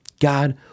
God